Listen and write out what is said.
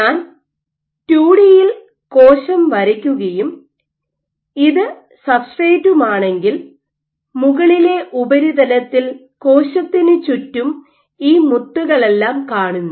ഞാൻ 2 ഡിയിൽ കോശം വരയ്ക്കുകയും ഇത് നിങ്ങളുടെ സബ്സ്ട്രേറ്റുമാണെങ്കിൽ മുകളിലെ ഉപരിതലത്തിൽ കോശത്തിന്ചുറ്റും ഈ മുത്തുകളെല്ലാം ഇരിക്കുന്നു